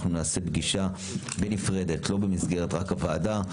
אנחנו נעשה פגישה נפרדת, לא במסגרת, רק הוועדה.